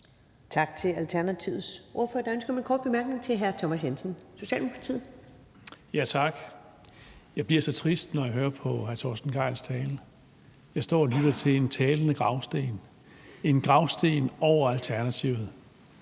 Tak til Alternativets ordfører. Der er ønske om en kort bemærkning fra hr. Thomas Jensen, Socialdemokratiet. Kl. 20:39 Thomas Jensen (S): Tak. Jeg bliver så trist, når jeg hører på hr. Torsten Gejls tale. Jeg står og lytter til en talende gravsten – en gravsten over Alternativet.